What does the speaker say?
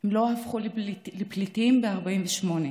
ולא הפכו לפליטים ב-48'.